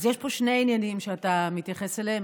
אז יש פה שני עניינים שאתה מתייחס אליהם,